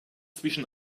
zwischen